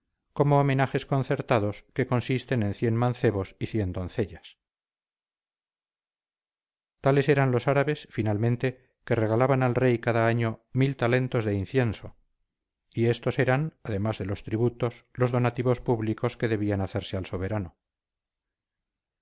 como homenajes concertados que consisten en cien mancebos y cien doncellas tales eran los árabes finalmente que regalaban al rey cada año mil talentos de incienso y éstos eran además de los tributos los donativos públicos que debían hacerse al soberano